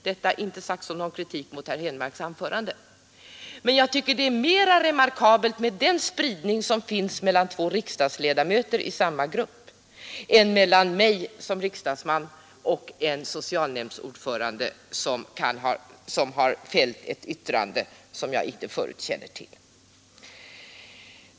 Detta är inte sagt som någon kritik mot herr Henmarks anförande, men jag tycker att denna spridning mellan två riksdagsledamöter i samma grupp är mera remarkabel än skillnaden mellan mig som riksdagsman och en socialnämndsordförande som har fällt ett yttrande som jag inte förut kände till.